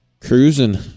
cruising